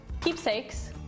keepsakes